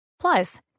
Plus